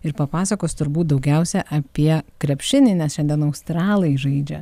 ir papasakos turbūt daugiausia apie krepšinį nes šiandien australai žaidžia